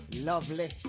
Lovely